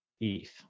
ETH